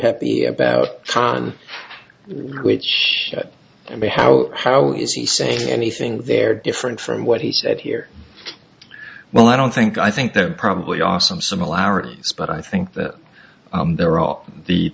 happy about trial which i mean how how is he saying anything there different from what he said here well i don't think i think there probably are some similarities but i think that they're all the